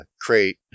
create